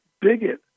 bigot